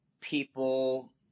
people